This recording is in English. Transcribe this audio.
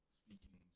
speaking